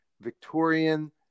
Victorian